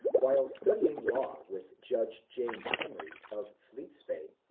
while studying law with judge james henry of fleete's bay,